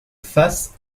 face